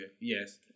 Yes